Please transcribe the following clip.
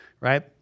right